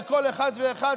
כמה מהרבנויות בודקות יוחסין?